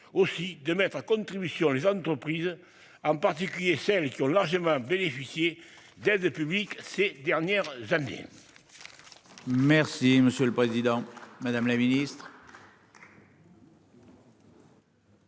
aussi de mettre à contribution les entreprises, en particulier celles qui ont largement bénéficié d'aides publiques ces dernières années. Merci monsieur le président, madame la ministre.